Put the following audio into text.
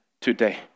today